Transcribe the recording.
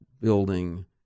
building